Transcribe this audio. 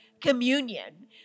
communion